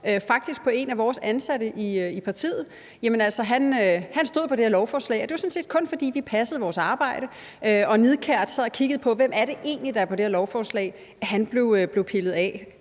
faktisk på en af vores ansatte i partiet, stod på det her lovforslag. Det var sådan set kun, fordi vi passede vores arbejde og nidkært sad og kiggede på, hvem det egentlig er, der er på det her lovforslag, at han blev pillet af.